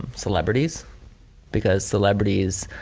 celebrities because celebrities,